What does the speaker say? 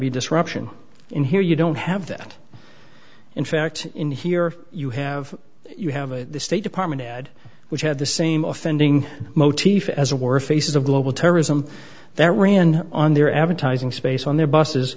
be disruption in here you don't have that in fact in here you have you have a state department add which had the same offending motif as a war faces of global terrorism that ran on their advertising space on their buses